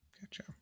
Gotcha